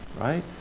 right